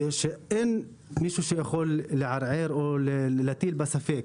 אין מישהו שיכול לערער או להטיל בה ספק.